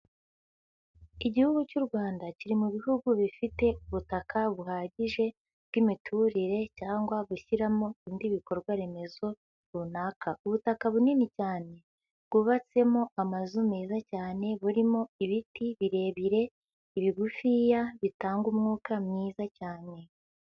Igihugu cy'u Rwanda kiri mu bihugu bifite ubutaka buhagije bw'imiturire cyangwa gushyiramo ibindi bikorwa remezo runaka. Ubutaka bunini cyane bwubatsemo amazu meza cyane burimo ibiti birebire, ibigufiya bitanga umwuka mwiza cyane.